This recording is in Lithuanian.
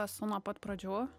esu nuo pat pradžių